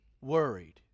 worried